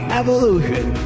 evolution